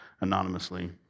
anonymously